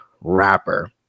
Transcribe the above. rapper